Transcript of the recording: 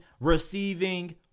receiving